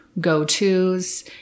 go-tos